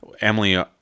Emily